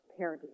parenting